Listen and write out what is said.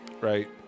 right